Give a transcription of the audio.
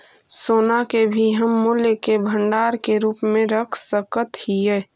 सोना के भी हम मूल्य के भंडार के रूप में रख सकत हियई